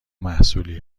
محصولی